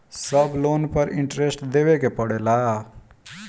सब लोन पर इन्टरेस्ट देवे के पड़ेला?